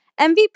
MVP